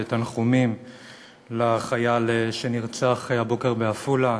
תנחומים על מות החייל שנרצח הבוקר בעפולה,